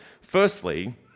Firstly